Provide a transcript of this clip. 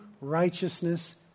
righteousness